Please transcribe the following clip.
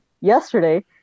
yesterday